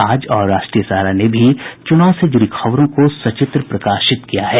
आज और राष्ट्रीय सहारा ने भी चुनाव से जुड़ी खबरों को सचित्र प्रकाशित किया है